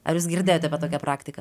ar jūs girdėjot apie tokią praktiką